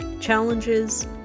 challenges